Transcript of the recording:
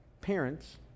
parents